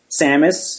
Samus